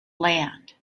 land